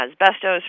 asbestos